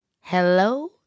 Hello